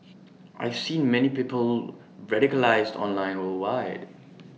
I've seen many people radicalised online worldwide